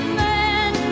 man